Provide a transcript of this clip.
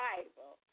Bible